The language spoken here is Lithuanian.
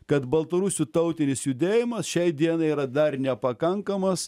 kad baltarusių tautinis judėjimas šiai dienai yra dar nepakankamas